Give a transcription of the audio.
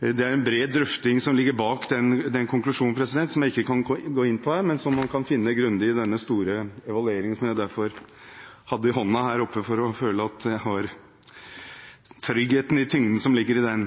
Det er en bred drøfting som ligger bak den konklusjonen som jeg ikke kan gå inn på her, men som man kan finne i denne grundige, store evalueringen – som jeg hadde i hånden her oppe for å føle at jeg har tryggheten i tyngden som ligger i den.